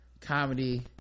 comedy